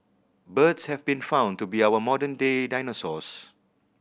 birds have been found to be our modern day dinosaurs